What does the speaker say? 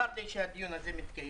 צר לי שהדיון הזה מתקיים.